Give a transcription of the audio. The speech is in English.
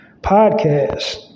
podcast